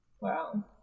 Wow